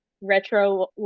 retro